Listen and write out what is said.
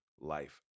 life